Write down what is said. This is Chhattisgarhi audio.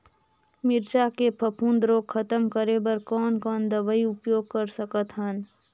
मिरचा के फफूंद रोग खतम करे बर कौन कौन दवई उपयोग कर सकत हन?